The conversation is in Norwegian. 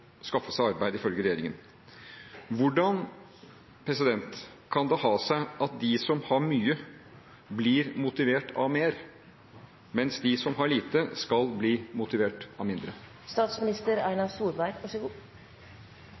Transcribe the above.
skaffe seg arbeid, ifølge regjeringen. Hvordan kan det ha seg at de som har mye, blir motivert av mer, mens de som har lite, skal bli motivert av